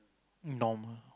normal